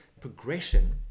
progression